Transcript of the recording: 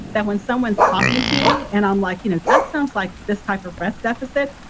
that when someone is talking to me and i'm like, you know that sounds like this type of rest deficit,